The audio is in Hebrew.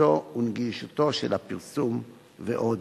תפוצתו ונגישותו של הפרסום ועוד.